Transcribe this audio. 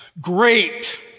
Great